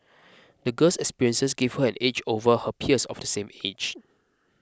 the girl's experiences gave her an edge over her peers of the same age